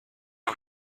had